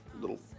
little